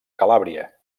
calàbria